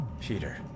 Peter